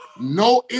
no